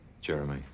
Jeremy